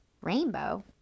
Rainbow